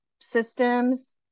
systems